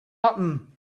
button